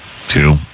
two